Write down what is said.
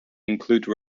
include